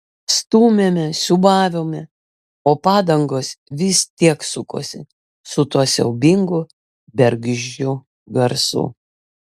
stūmėme siūbavome o padangos vis tiek sukosi su tuo siaubingu bergždžiu garsu